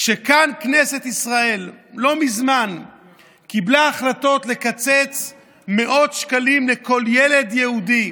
כשכנסת ישראל קיבלה כאן לא מזמן החלטות לקצץ מאות שקלים לכל ילד יהודי,